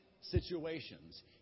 situations